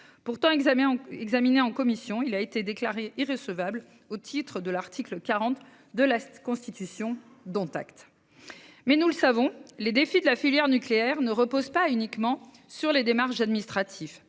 recevoir. Examiné en commission, celui-ci a été déclaré irrecevable au titre de l'article 40 de la Constitution. J'en prends acte. Nous le savons, les défis de la filière nucléaire ne reposent pas seulement sur les démarches administratives.